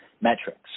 metrics